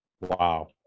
Wow